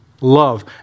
Love